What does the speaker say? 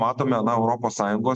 matome va europos sąjungos